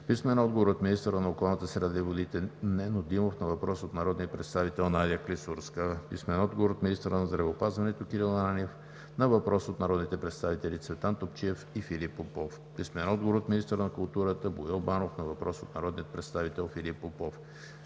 Клисурска; - министъра на околната среда и водите Нено Димов на въпрос от народния представител Надя Клисурска; - министъра на здравеопазването Кирил Ананиев на въпрос от народните представители Цветан Топчиев и Филип Попов; - министъра на културата Боил Банов на въпрос от народния представител Филип Попов;